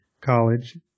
college